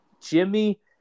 Jimmy